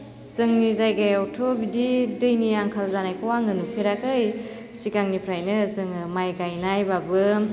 जोंनि जायगायावथ' बिदि दैनि आंखाल जानाय आङो नुफेराखै सिगांनिफ्राइनो जोङो माइ गानायबाबो